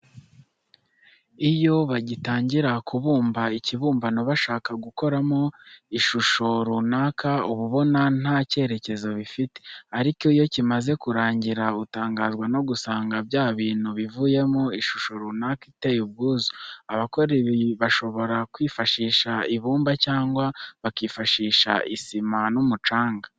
Iyo bagitangira kubumba ikibumbano bashaka gukoramo ishusho runaka uba ubona nta kerekezo bifite, ariko iyo kimaze kurangira utangazwa no gusanga bya bintu bivuyemo ishusho runaka iteye ubwuzu. Abakora ibi bashobora kwifashisha ibumba cyangwa bakifashisha isima n'umucanga.